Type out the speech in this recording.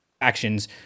Actions